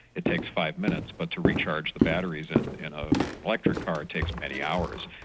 it takes five minutes, but to recharge the batteries and in ah in an electric car, it takes many hours.